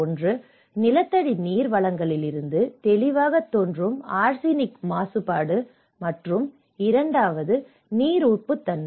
ஒன்று நிலத்தடி நீர் வளங்களிலிருந்து தெளிவாகத் தோன்றும் ஆர்சனிக் மாசுபாடு மற்றும் இரண்டாவது நீர் உப்புத்தன்மை